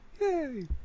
Yay